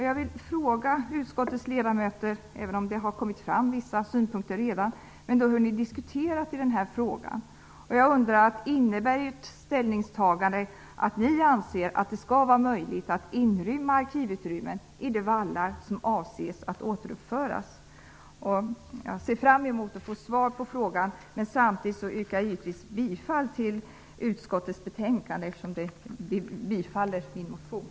Jag vill fråga utskottets ledamöter -- även om det redan har kommit fram vissa synpunkter -- hur de diskuterat i den här frågan. Innebär ert ställningstagande att ni anser att det skall vara möjligt att inrymma arkivutrymmen i de vallar som man avser att återuppföra? Jag ser fram emot att få svar på frågan. Samtidigt yrkar jag givetvis bifall till utskottets hemställan.